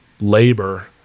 labor